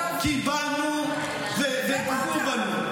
קיבלנו ופגעו בנו.